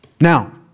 Now